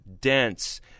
dense